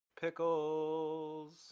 pickles